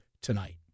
tonight